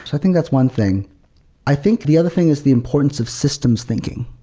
i think that's one thing i think the other thing is the importance of systems thinking.